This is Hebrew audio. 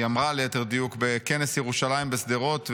היא אמרה, ליתר דיוק, בכנס ירושלים בשדרות.